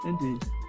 Indeed